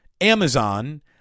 Amazon